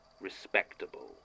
respectable